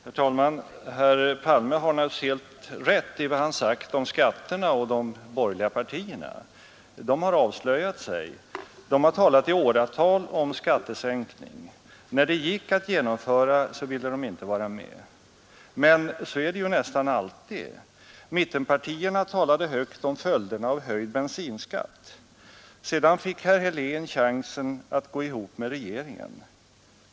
Herr talman! Herr Palme har naturligtvis helt rätt i vad han sagt om skatterna och de borgerliga partierna. De har avslöjat sig. De har i åratal pratat om skattesänkning. När detta gick att genomföra ville de inte vara med — men så är det ju nästan alltid. Mittenpartierna talade högt om följderna av höjd bensinskatt. Sedan fick herr Helén chansen att gå ihop med regeringen.